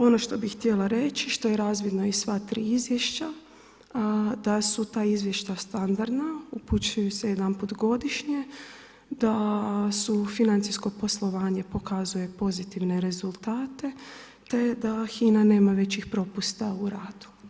Ono što bi htjela reći, što je razvidno iz sva tri izvješća, a da su ta izvješća standardna, upućuju se jedanput godišnje da financijsko poslovanje pokazuje pozitivne rezultate te da HINA nema većih propusta u radu.